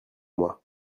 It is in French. moi